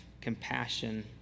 compassion